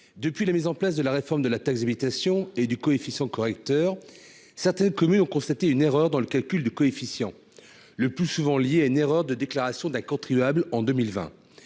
Depuis la mise en place de la réforme de la taxe d'habitation et du coefficient correcteur, certaines communes ont constaté une erreur dans le calcul du coefficient, le plus souvent liée à une erreur de déclaration d'un contribuable en 2020,